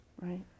Right